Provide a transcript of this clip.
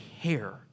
hair